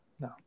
No